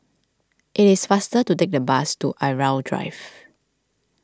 it is faster to take the bus to Irau Drive